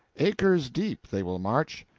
acres deep they will march.